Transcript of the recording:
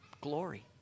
glory